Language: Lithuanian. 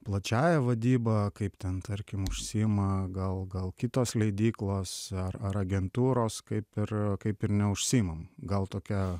plačiąja vadyba kaip ten tarkim užsiima gal gal kitos leidyklos ar ar agentūros kaip ir kaip ir neužsiimam gal tokia